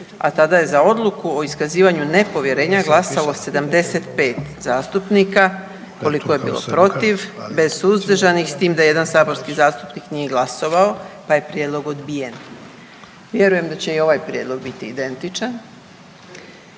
a tada je za odluku o iskazivanju nepovjerenja glasalo 75 zastupnika koliko je bilo protiv, bez suzdržanih s tim da jedan saborski zastupnik nije glasovao pa je prijedlog odbijen. Vjerujem da će i ovaj prijedlog biti identičan